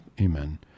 Amen